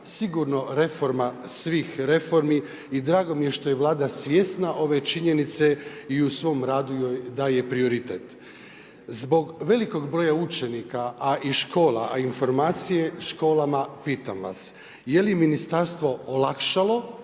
sigurno reforma svih reformi i drago mi je što je Vlada svjesna ove činjenice i u svom radu joj daje prioritet. Zbog velikog broja učenika, a i škola, a i informacije školama pitam vas, jeli ministarstvo olakšalo